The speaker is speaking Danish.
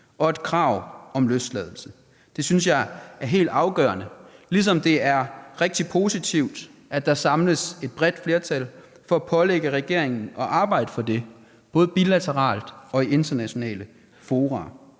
og et krav om løsladelse. Det synes jeg er helt afgørende, ligesom det er rigtig positivt, at der samles et bredt flertal for at pålægge regeringen at arbejde for det, både bilateralt og i internationale fora.